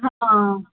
हा